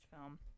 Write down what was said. film